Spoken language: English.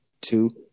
Two